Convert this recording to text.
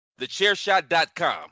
TheChairShot.com